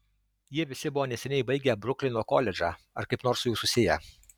jie visi buvo neseniai baigę bruklino koledžą ar kaip nors su juo susiję